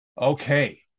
Okay